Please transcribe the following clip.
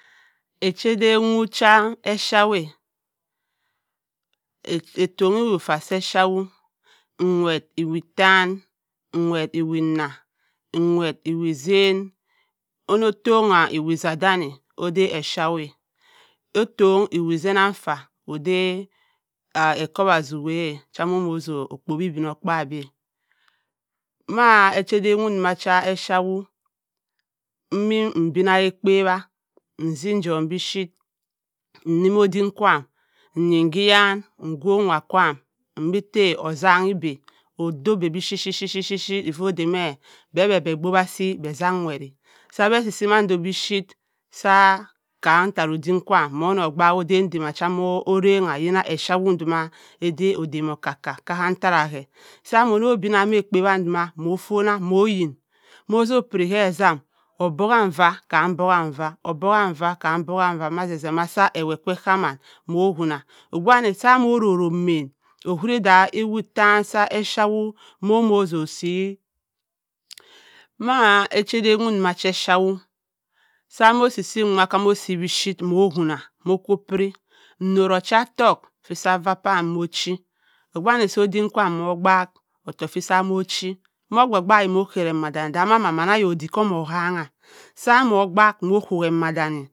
E cha dan wo cha epuy-waa attonni ewott afa se epuy woo enwett awi attan enwett awi anna enwett awi atzen onno ttobhua awi ezadanni oda epuy-waa attobu awi ezan affa oda ekowazi waa cha moso kpowi idinokpaadyi maa ehadan wo cha epuy-wo emmi m’dinna ka-akpa wa e’zim egum bipuyir ennimm odim kwaam eyin ki yan nn gown nwa kwaam odi tta ozang ida odo da biphor-phir-puot evo oda me be bee be kpowi asi be azunwett-a sa be asi si mando bipuyit sa kam ttara odim kwaam omo nno okayi adan cua mo orrannga yinna epuy-wo domma oda odan oko-ka ttara ker sa mnno binna ka-a kpawa da motonna mo yinn mo so piri ker sa momo binna ka-akpawa da motonna mo yinn moso piri ke ezam obuay-fa kam obuang fa obhang fa-kam obhuang fa mazi ma ewott eka m’ow onna obgu wami sa mo orroyi oman owuri da sa ewott attan sa epuy wo m’o so si maa echa dan wo cha epuy-wo sa m’osi si nwa cha mosi bipuyitt mo wonna m’okko piri nnoriyi ocha-otto kn vi sa vapaam mo ochi obgu wani so odom kwaam oguag ottoku fi sa mo chi obgu-bghii mo okara emma daani maman odik komoo oham-ma sa mokpak m’kowi emma danni.